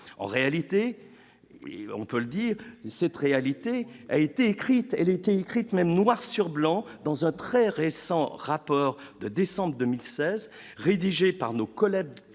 en réalité, on peut le dire, cette réalité a été écrite, elle était écrite même noir sur blanc dans un très récent rapport de décembre 2016 rédigé par nos collègues